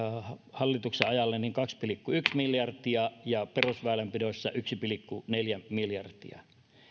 hallituksen ajalle kaksi pilkku yksi miljardia ja perusväylänpidossa yksi pilkku neljä miljardia